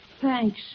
Thanks